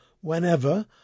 whenever